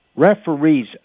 Referees